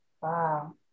Wow